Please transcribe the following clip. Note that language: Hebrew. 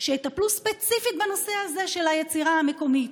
שיטפלו ספציפית בנושא הזה של היצירה המקומית,